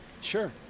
Sure